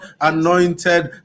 anointed